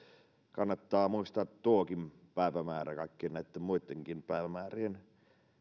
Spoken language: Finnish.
kannattaa muistaa tuokin päivämäärä kaikkien näitten muittenkin päivämäärien